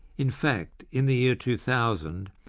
in fact in the year two thousand,